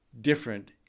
different